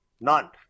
none